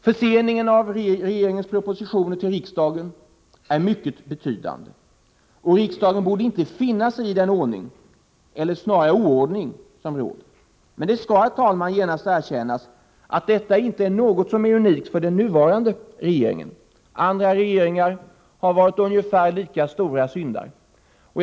Förseningen av regeringens propositioner till riksdagen är vidare mycket betydande, och riksdagen borde inte finna sig i den ordning — eller snarare oordning — som råder. Det skall, herr talman, genast erkännas att detta inte är något som är unikt för den nuvarande regeringen. Andra regeringar har varit ungefär lika stora syndare.